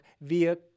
via